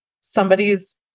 somebody's